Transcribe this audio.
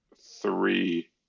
three